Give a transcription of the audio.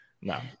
No